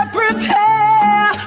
prepare